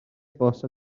bost